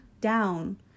down